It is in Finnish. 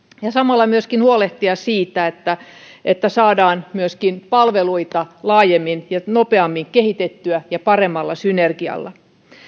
ja samalla myöskin huolehtia siitä että että saadaan palveluita laajemmin ja nopeammin kehitettyä ja paremmalla synergialla